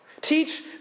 Teach